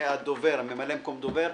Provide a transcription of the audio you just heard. וממלא מקום הדובר.